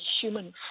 human